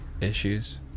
issues